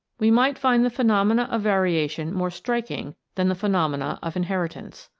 we might find the phenomena of variation more striking than the phenomena of inheritance.